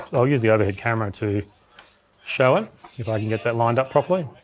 i'll use the overhead camera to show it if i can get that lined up properly,